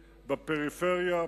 בפריפריה,